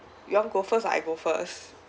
you want go first or I go first